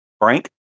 Frank